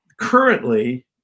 currently